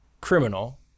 criminal